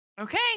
Okay